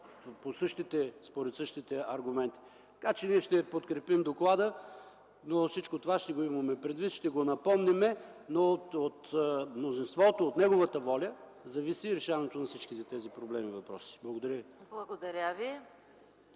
пак според същите аргументи. Така че ние ще подкрепим доклада, но всичко това ще го имаме предвид, ще го напомним, но от мнозинството, от неговата воля зависи решаването на всички тези проблеми и въпроси. Благодаря ви.